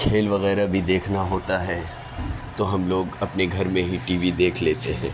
کھیل وغیرہ بھی دیکھنا ہوتا ہے تو ہم لوگ اپنے گھر میں ہی ٹی وی دیکھ لیتے ہیں